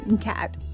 cat